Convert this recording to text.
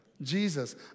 Jesus